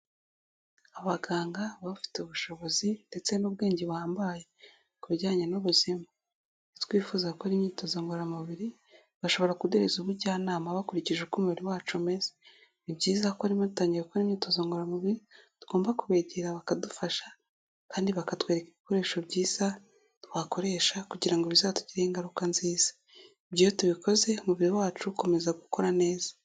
Abaganga baba bafite ubushobozi ndetse n'ubwenge buhambaye ku bijyanye n'ubuzima, twifuza gukora imyitozo ngororamubiri, bashobora kuduhereza ubujyanama bakurikije uko umubiri wacu umeze, ni byiza ko niba dutangiye gukora imyitozo ngororamubiri, tugomba kubegera bakadufasha kandi bakatwereka ibikoresho byiza twakoresha kugira ngo bizatugireho ingaruka nziza, ibyo iyo tubikoze umubiri wacu ukomeza gukora neza.